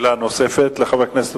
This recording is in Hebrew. תודה.